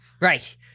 Right